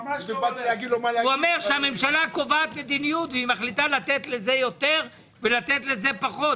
הוא אומר שהממשלה קובעת מדיניות והיא מחליטה לתת לזה יותר ולזה פחות.